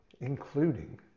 including